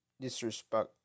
disrespect